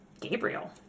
Gabriel